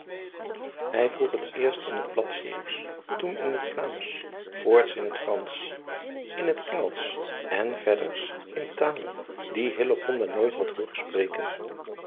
ij vroeg het eerst in het plat eeuwsch toen in het laamsch voorts in het ransch in het ngelsch en verders in talen die nooit had hooren spreken